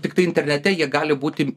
tiktai internete jie gali būti